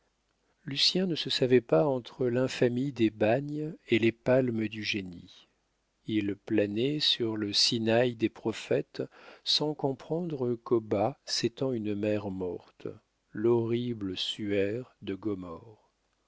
lucien ne se savait pas entre l'infamie des bagnes et les palmes du génie il planait sur le sinaï des prophètes sans comprendre qu'au bas s'étend une mer morte l'horrible suaire de gomorrhe